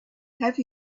have